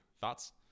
Thoughts